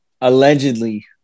Allegedly